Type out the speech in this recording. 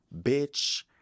Bitch